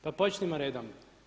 Pa počnimo redom.